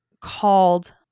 called